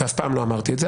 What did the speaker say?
כך אתה אמרת.